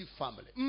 family